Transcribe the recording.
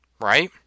right